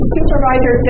Supervisor